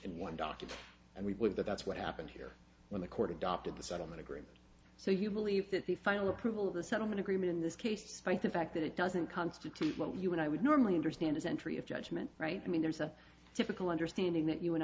in one document and we believe that that's what happened here when the court adopted the settlement agreement so you believe that the final approval of the settlement agreement in this case despite the fact that it doesn't constitute what you and i would normally understand is entry of judgment right i mean there's a typical understanding that you and